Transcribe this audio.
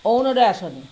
অৰুণোদয় আঁচনি